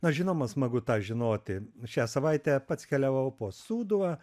na žinoma smagu tą žinoti šią savaitę pats keliavau po sūduvą